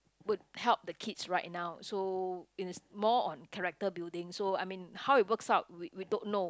would help the kids right now so it is more on character building so I mean how it works out we we don't know